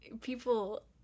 people